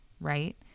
right